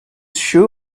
shoe